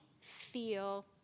feel